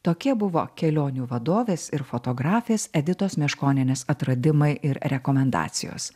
tokie buvo kelionių vadovės ir fotografės editos meškonienės atradimai ir rekomendacijos